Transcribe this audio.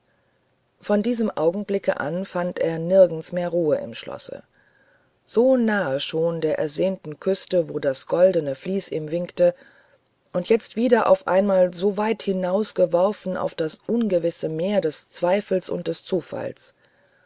von diesem augenblicke an fand er nirgends mehr ruhe im schlosse so nahe schon der ersehnten küste wo das goldne vlies ihm winkte und jetzt wieder auf einmal so weit hinausgeworfen auf das ungewisse meer des zweifels und des zufalls